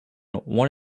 one